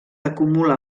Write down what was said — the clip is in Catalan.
acumula